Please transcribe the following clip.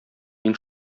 мин